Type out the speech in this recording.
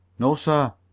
no, sir.